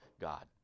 God